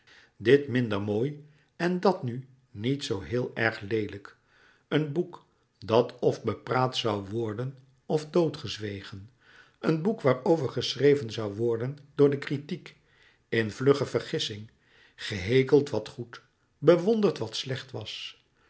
dit minder mooi en dat nu niet zoo heel erg leelijk een boek dat f bepraat zoû worden f doodgezwegen een boek waarover geschreven zoû worden door de kritiek in vlugge vergissing gehekeld wat goed bewonderd wat slecht was